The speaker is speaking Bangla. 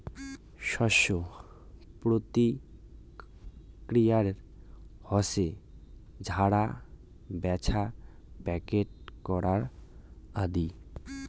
শস্য প্রক্রিয়াকরণ হসে ঝাড়া, ব্যাছা, প্যাকেট করা আদি